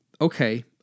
okay